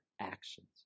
actions